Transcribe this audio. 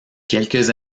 quelques